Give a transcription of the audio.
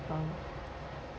um